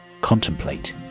contemplate